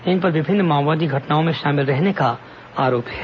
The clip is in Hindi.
इन पर विभिन्न माओवादी घटनाओं में शामिल रहने का आरोप है